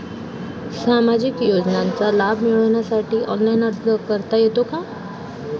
सामाजिक योजनांचा लाभ मिळवण्यासाठी ऑनलाइन अर्ज करता येतो का?